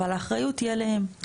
אבל האחריות תהיה עליהם.